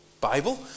Bible